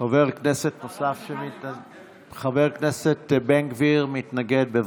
חבר כנסת בן גביר מתנגד, בבקשה.